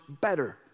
better